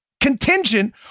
Contingent